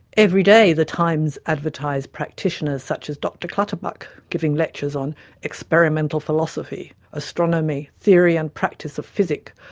everyday the times advertised practitioners such as dr clutterbuck giving lectures on experimental philosophy, astronomy, theory and practice of physic,